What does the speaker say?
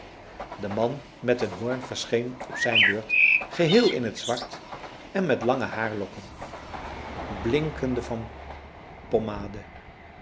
de man met den hoorn verscheen op zijn beurt geheel in t zwart en met lange haarlokken blinkende van